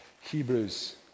Hebrews